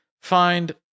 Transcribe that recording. find